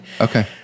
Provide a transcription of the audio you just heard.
Okay